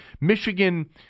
Michigan